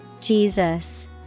Jesus